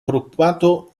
preoccupato